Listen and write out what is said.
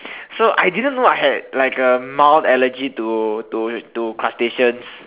so I didn't know I had like a mild allergy to to to crustaceans